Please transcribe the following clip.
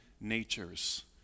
natures